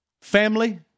family